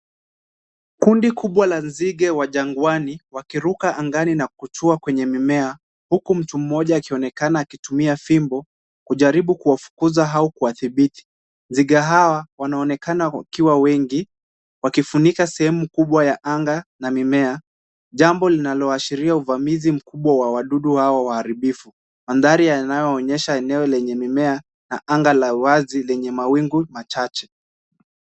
Kundi kubwa la nzige wa jangwani wakiruka angani na kutua kwenye mimea, huku mtu mmoja akionekana akitumia fimbo, kujaribu kuwafukuza au kuwadhibiti. Nzige hawa wanaonekana wakiwa wengi, wakifunika sehemu kubwa ya anga na mimea. Jambo linaloashiria uvamizi mkubwa wa wadudu hawa waharibifu. Mandhari yanaonyesha eneo lenye mimea na anga la wazi lenye mawingu machache.